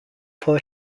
for